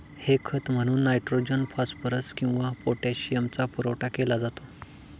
हे खत म्हणून नायट्रोजन, फॉस्फरस किंवा पोटॅशियमचा पुरवठा केला जातो